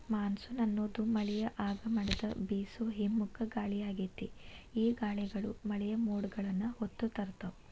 monsoon ಅನ್ನೋದು ಮಳೆಯ ಆಗಮನದ ಬೇಸೋ ಹಿಮ್ಮುಖ ಗಾಳಿಯಾಗೇತಿ, ಈ ಗಾಳಿಗಳು ಮಳೆಯ ಮೋಡಗಳನ್ನ ಹೊತ್ತು ತರ್ತಾವ